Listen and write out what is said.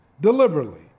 deliberately